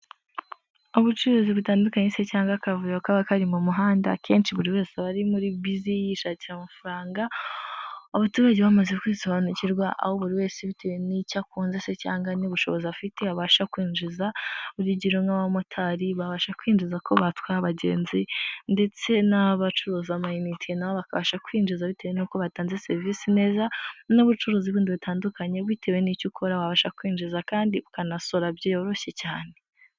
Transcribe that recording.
Ubucuruzi butandukanye ndetse se cyangwa akavuyo kaba kari mu muhanda akenshi buri wese aba muri busi yishakira amafaranga, abaturage bamaze kwisobanukirwa aho buri wese bitewe n'icyo akunze se cyangwa nubushobozi afite abasha kwinjiza. Urugero nk'abamotari babasha kwinjiza ko batwara abagenzi ndetse n''abacuruza amainnetena bakasha kwinjiza bitewe n'uko batanze serivisi neza n'ubucuruzi bindi bitandukanye bitewe n'icyo ukora wabasha kwinjiza kandi ukanasora byoroshye cyane.